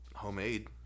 Homemade